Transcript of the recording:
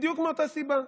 בדיוק מאותה סיבה.